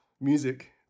music